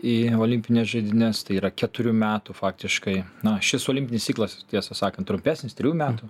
į olimpines žaidynes tai yra keturių metų faktiškai na šis olimpinis ciklas tiesą sakant trumpesnis trijų metų